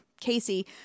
Casey